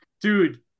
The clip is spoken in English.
Dude